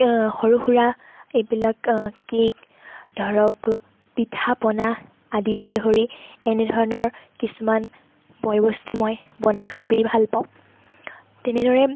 সৰু সুৰা এইবিলাক কেক ধৰক পিঠা পনা আদিৰ পৰা ধৰি এনেধৰণৰ কিছুমান বয় বস্তু মই বনাই খুবেই ভাল পাওঁ তেনেদৰে